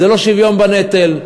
זה לא שוויון בנטל.